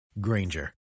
Granger